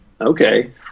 Okay